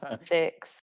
Six